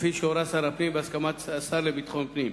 כפי שהורה שר הפנים בהסכמת השר לביטחון הפנים,